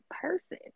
person